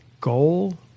goal